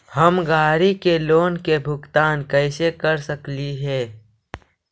हम गाड़ी के लोन के भुगतान कैसे कर सकली हे?